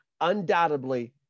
undoubtedly